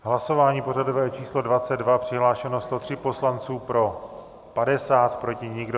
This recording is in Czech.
Hlasování pořadové číslo 22, přihlášeno 103 poslanců, pro 50, proti nebyl nikdo.